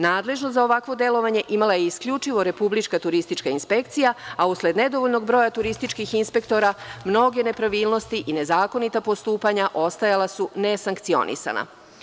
Nadležnost za ovakvo delovanje imala je isključivo Republička turistička inspekcija, a usled nedovoljnog broja turističkih inspektora, mnoge nepravilnosti i nezakonita postupanja ostajala su nesankcionisana.